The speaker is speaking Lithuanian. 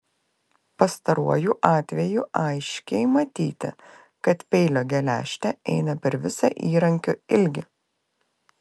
pastaruoju atveju aiškiai matyti kad peilio geležtė eina per visą įrankio ilgį